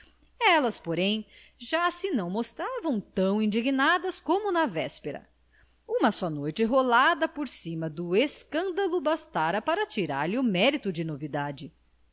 elas porém já se não mostravam tão indignadas como na véspera uma só noite rolada por cima do escândalo bastava para tirar-lhe o mérito de novidade